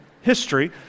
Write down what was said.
history